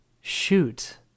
Shoot